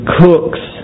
cook's